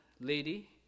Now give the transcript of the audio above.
lady